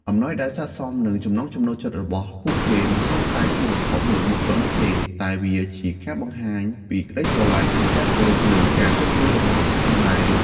អំណោយដែលស័ក្តិសមនឹងចំណង់ចំណូលចិត្តរបស់ពួកគេ មិនត្រឹមតែជាវត្ថុមួយមុខប៉ុណ្ណោះទេ តែវាជាការបង្ហាញពីក្តីស្រឡាញ់ ការគោរព និងការគិតគូររបស់អ្នកផងដែរ។